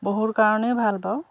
বহুত কাৰণেই ভাল বাৰু